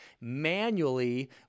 manually